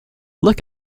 look